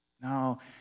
No